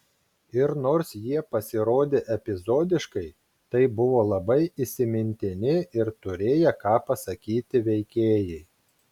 ir nors jie pasirodė epizodiškai tai buvo labai įsimintini ir turėję ką pasakyti veikėjai